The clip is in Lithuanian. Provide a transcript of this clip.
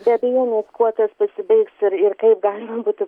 be abejonės kuo tas pasibaigs ir ir kaip galima būtų